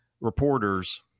reporters